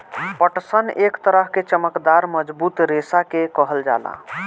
पटसन एक तरह के चमकदार मजबूत रेशा के कहल जाला